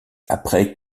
après